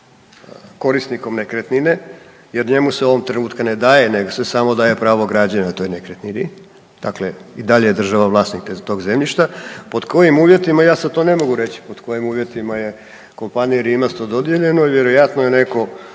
korisnikom nekretnine jer njemu se ovog trenutka ne daje nego se samo daje pravo građenja na toj nekretnini, dakle i dalje je država vlasnik tog zemljišta. Pod kojim uvjetima ja sad to ne mogu reći pod kojim uvjetima je kompaniji Rimac to dodijeljeno i vjerojatno je netko